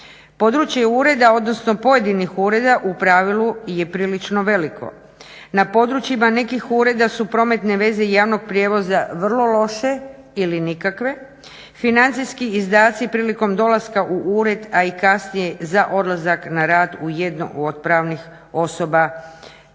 Područje ureda odnosno pojedinih ureda u pravilu je prilično veliko. Na područjima nekih ureda su prometne veze javnog prijevoza vrlo loše ili nikakve. Financijski izdaci prilikom dolaska u ured a i kasnije za odlazak na rad u jedno od pravnih osoba